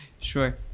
Sure